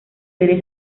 serie